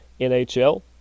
NHL